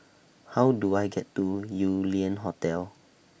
How Do I get to Yew Lian Hotel